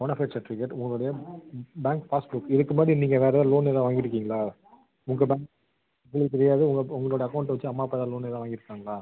bona fide certificate உங்களுடைய bank passbook இதுக்கு முன்னாடி நீங்கள் வேறு எதாவது லோன் எதாவது வாங்கியிருக்கீங்களா உங்கள் பேங்க் உங்களுக்கு தெரியாது உங்கள் உங்களோடய அக்கௌண்ட் வச்சு அம்மா அப்பா எதாவது லோன் எதாவது வாங்கியிருக்காங்களா